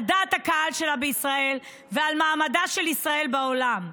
על דעת הקהל בישראל ועל מעמדה של ישראל בעולם.